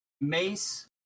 Mace